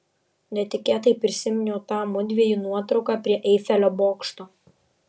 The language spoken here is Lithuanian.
netikėtai prisiminiau tą mudviejų nuotrauką prie eifelio bokšto